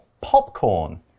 popcorn